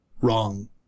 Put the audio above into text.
wrong